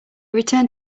returned